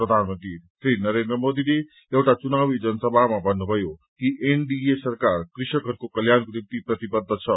प्रधानमन्त्री श्री नरेन्द्र मोदीले एउटा चुनावी जनसभामा भन्नुभयो कि एनडीए सरकार कृषकहरूको कल्याणको निम्ति प्रतिबद्ध छ